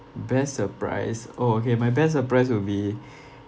best surprise oh okay my best surprise will be